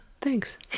thanks